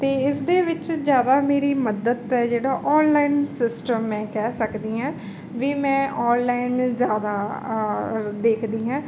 ਅਤੇ ਇਸ ਦੇ ਵਿੱਚ ਜ਼ਿਆਦਾ ਮੇਰੀ ਮਦਦ ਹੈ ਜਿਹੜਾ ਆਨਲਾਈਨ ਸਿਸਟਮ ਮੈਂ ਕਹਿ ਸਕਦੀ ਹਾਂ ਵੀ ਮੈਂ ਆਨਲਾਈਨ ਜ਼ਿਆਦਾ ਦੇਖਦੀ ਹੈ